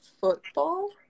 football